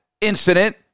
incident